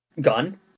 gun